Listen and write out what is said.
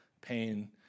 pain